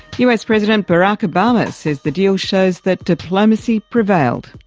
us president barack obama says the deal shows that diplomacy prevailed.